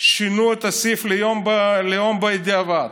שינו את סעיף הלאום בדיעבד.